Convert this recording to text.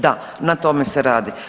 Da, na tome se radi.